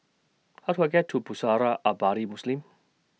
How Do I get to Pusara Abadi Muslim